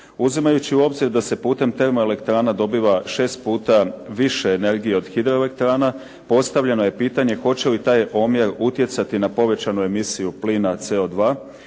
Uzimajući u obzir da se putem termoelektrana dobiva 6% više energije od hidroelektrana postavljeno je pitanje hoće li taj omjer utjecati na povećanu emisiju plina CO2